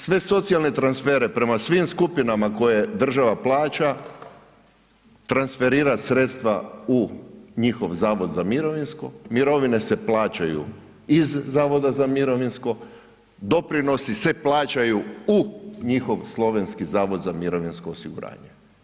Sve socijalne transfere prema svim skupinama koje država plaća transferira sredstva u njihov zavod za mirovinsko, mirovine se plaćaju iz zavoda za mirovinsko, doprinosi se plaćaju u njihov slovenski zavod za mirovinsko osiguranje.